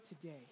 today